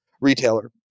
retailer